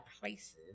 places